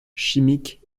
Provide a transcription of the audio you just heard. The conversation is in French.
chimiques